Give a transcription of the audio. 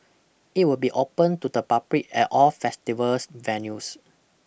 it will be open to the public at all festivals venues